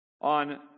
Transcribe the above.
On